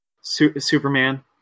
Superman